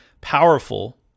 powerful